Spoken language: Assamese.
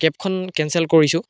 কেবখন কেঞ্চেল কৰিছোঁ